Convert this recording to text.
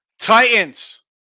Titans